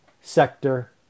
sector